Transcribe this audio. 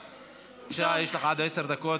2016,